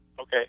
Okay